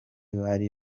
bari